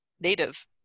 native